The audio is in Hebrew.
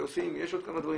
יש עוד כמה דברים,